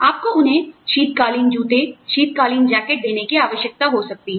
आपको उन्हें शीतकालीन जूते शीतकालीन जैकेट देने की आवश्यकता हो सकती है